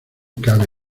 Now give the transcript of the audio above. cabe